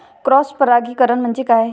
Cross परागीकरण म्हणजे काय?